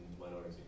minority